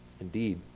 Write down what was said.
Indeed